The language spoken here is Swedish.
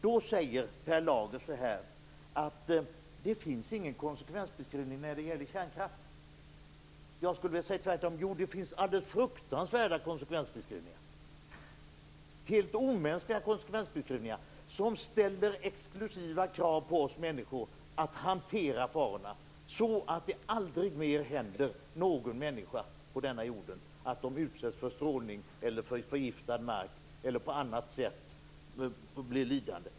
Då säger Per Lager att det inte finns någon konsekvensbeskrivning när det gäller kärnkraften. Jag skulle tvärtom vilja säga att det finns alldeles fruktansvärda konsekvensbeskrivningar, helt omänskliga konsekvensbeskrivningar, som ställer exklusiva krav på oss människor att hantera farorna så att aldrig mer någon människa på denna jord utsätts för strålning, förgiftad mark eller på annat sätt blir lidande.